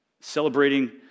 celebrating